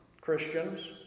Christians